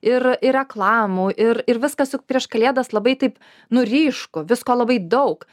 ir ir reklamų ir ir viskas juk prieš kalėdas labai taip nu ryšku visko labai daug